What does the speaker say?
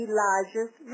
Elijah's